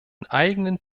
eigenen